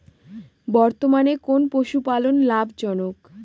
বর্তমানে কোন পশুপালন লাভজনক?